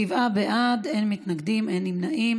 שבעה בעד, אין מתנגדים, אין נמנעים.